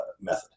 method